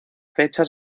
fecha